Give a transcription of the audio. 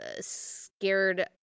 scared